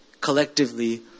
collectively